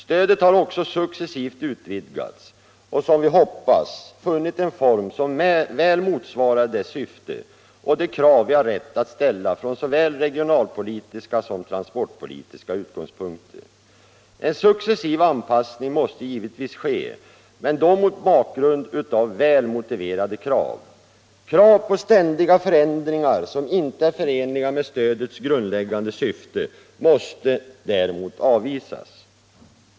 Stödet har också successivt utvidgats och som vi hoppas funnit en form som väl motsvarar dess syfte och de krav vi har rätt att ställa från såväl regionalpolitiska som transportpolitiska utgångspunkter. En successiv anpassning måste givetvis ske, men då mot bakgrund av väl motiverade krav. Krav på ständiga förändringar som inte är förenliga med stödets grundläggande syfte måste däremot avvisas.